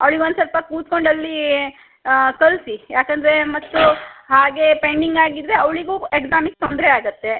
ಅವ್ಳಿಗೊಂದು ಸ್ವಲ್ಪ ಕುತ್ಕೊಂಡಲ್ಲಿ ಕಲಿಸಿ ಯಾಕಂದರೆ ಮತ್ತು ಹಾಗೆ ಪೆಂಡಿಂಗ್ ಆಗಿದ್ದರೆ ಅವಳಿಗೂ ಎಕ್ಸಾಮಿಗೆ ತೊಂದರೆ ಆಗುತ್ತೆ